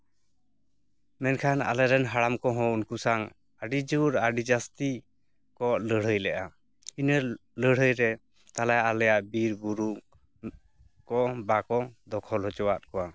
ᱢᱮᱱᱠᱷᱟᱱ ᱟᱞᱮ ᱨᱮᱱ ᱦᱟᱲᱟᱢ ᱠᱚᱦᱚᱸ ᱩᱱᱠᱩ ᱥᱟᱝ ᱟᱹᱰᱤᱡᱳᱨ ᱟᱹᱰᱤ ᱡᱟᱹᱥᱛᱤ ᱠᱚ ᱞᱟᱹᱲᱦᱟᱹᱭ ᱞᱮᱫᱟ ᱤᱱᱟᱹ ᱞᱟᱹᱲᱦᱟᱹᱭ ᱨᱮ ᱛᱟᱞᱦᱮ ᱟᱞᱮᱭᱟᱜ ᱵᱤᱨ ᱵᱩᱨᱩ ᱠᱚ ᱵᱟᱠᱚ ᱫᱚᱠᱷᱚᱞ ᱦᱚᱪᱚᱣᱟᱫ ᱠᱚᱣᱟ